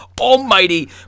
almighty